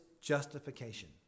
justification